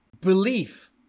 belief